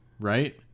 right